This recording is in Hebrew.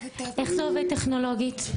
איך זה עובד טכנולוגית?